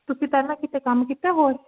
ਤੁਸੀਂ ਪਹਿਲਾ ਕਿਤੇ ਕੰਮ ਕੀਤਾ ਹੋਰ